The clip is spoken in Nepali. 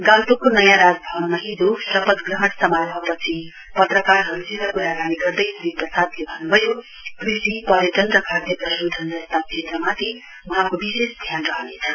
गान्तोकको नयाँ राजभवनमा हिजो शपथ ग्रहण समारोहपछि पत्रकारहरुसित कुराकानी गर्दै श्री प्रसादले भन्नुभयो कृषि पर्यटन र खाद्य प्रशोधन जस्ता क्षेत्रमाथि वहाँको विशेष ध्यान रहनेछ